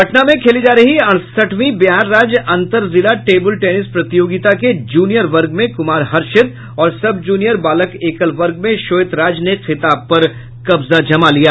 पटना में खेली जा रही अड़सठवीं बिहार राज्य अंतर जिला टेबल टेनिस प्रतियोगिता के जूनियर वर्ग में कुमार हर्षित और सब जूनियर बालक एकल वर्ग में श्वेत राज ने खिताब पर कब्जा जमा लिया